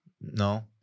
No